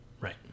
Right